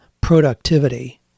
productivity